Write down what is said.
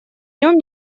нем